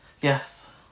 Yes